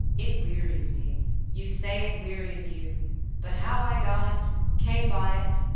it wearies me you say it wearies you but how i got it came by it